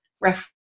reference